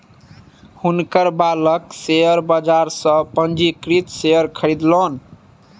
हुनकर बालक शेयर बाजार सॅ पंजीकृत शेयर खरीदलैन